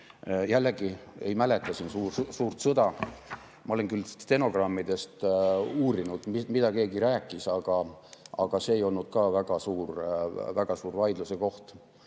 Jälle ei mäleta siin suurt sõda. Ma olen küll stenogrammidest uurinud, mida keegi rääkis, aga see ei olnud väga suur vaidluse koht.